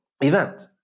event